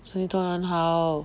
所以当然好